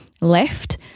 left